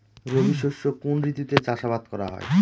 রবি শস্য কোন ঋতুতে চাষাবাদ করা হয়?